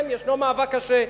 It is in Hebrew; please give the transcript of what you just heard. כן, ישנו מאבק קשה.